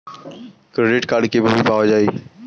Credit card কিভাবে পাওয়া য়ায়?